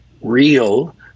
real